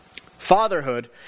Fatherhood